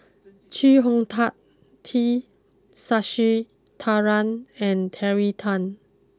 Chee Hong Tat T Sasitharan and Terry Tan